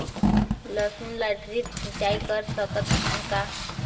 लसुन ल ड्रिप सिंचाई कर सकत हन का?